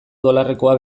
dolarrekoa